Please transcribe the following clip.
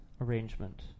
arrangement